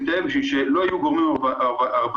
כדי שלא יהיו גורמים עבריינים.